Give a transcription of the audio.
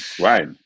Right